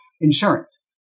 insurance